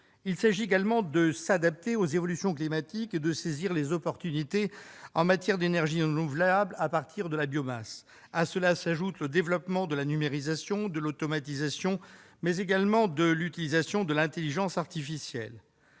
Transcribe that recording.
Il s'agit également de s'adapter aux évolutions climatiques et de saisir les opportunités en matière d'énergies renouvelables à partir de la biomasse. À cela s'ajoute le développement de la numérisation, de l'automatisation, mais également de l'utilisation de l'intelligence artificielle.